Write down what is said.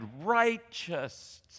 righteous